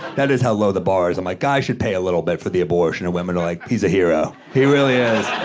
that is how low the bar is. i'm like, guy should pay a little bit for the abortion, and women are like, he's a hero. he really is.